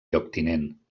lloctinent